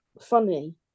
funny